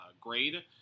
grade